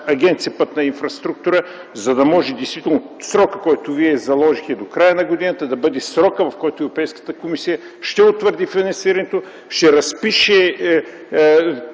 Агенция „Пътна инфраструктура”, за да може действително срокът, който заложихте – до края на годината, да бъде срокът, в който Европейската комисия ще утвърди финансирането, ще разпише